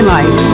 Life